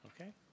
okay